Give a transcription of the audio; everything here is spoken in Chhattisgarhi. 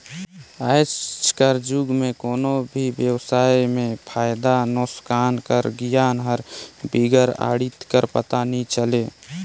आएज कर जुग में कोनो भी बेवसाय में फयदा नोसकान कर गियान हर बिगर आडिट कर पता नी चले